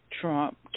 Trump